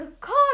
call